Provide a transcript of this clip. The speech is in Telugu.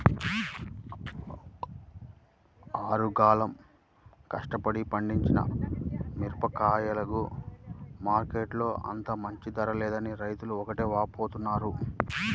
ఆరుగాలం కష్టపడి పండించిన మిరగాయలకు మార్కెట్టులో అంత మంచి ధర లేదని రైతులు ఒకటే వాపోతున్నారు